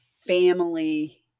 family